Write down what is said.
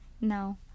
No